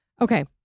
Okay